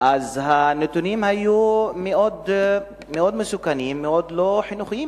הנתונים היו מאוד מסוכנים, מאוד לא חינוכיים.